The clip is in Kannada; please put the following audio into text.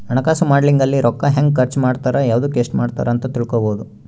ಹಣಕಾಸು ಮಾಡೆಲಿಂಗ್ ಅಲ್ಲಿ ರೂಕ್ಕ ಹೆಂಗ ಖರ್ಚ ಮಾಡ್ತಾರ ಯವ್ದುಕ್ ಎಸ್ಟ ಮಾಡ್ತಾರ ಅಂತ ತಿಳ್ಕೊಬೊದು